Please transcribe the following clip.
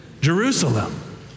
Jerusalem